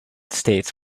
states